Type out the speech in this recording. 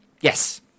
Yes